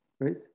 Right